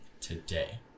today